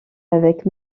avec